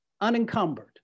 unencumbered